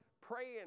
praying